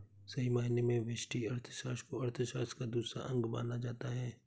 सही मायने में व्यष्टि अर्थशास्त्र को अर्थशास्त्र का दूसरा अंग माना जाता है